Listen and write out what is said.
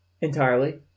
entirely